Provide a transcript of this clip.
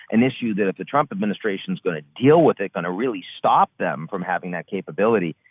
an issue that if the trump administration is going to deal with it, going to really stop them from having that capability,